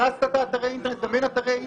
הרסת את האינטרנט, גם אין אתרי אינטרנט.